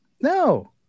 No